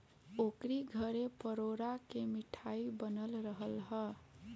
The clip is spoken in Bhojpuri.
ओकरी घरे परोरा के मिठाई बनल रहल हअ